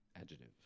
adjective